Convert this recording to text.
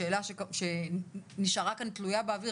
שאלה שנשארה כאן תלויה באוויר,